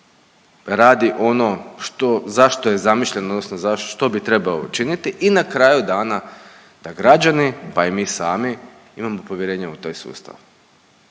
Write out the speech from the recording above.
radi ono što, zašto je zamišljen, odnosno zašto, što bi trebao činiti i na kraju dana da građani, pa i mi sami imamo povjerenja u taj sustav.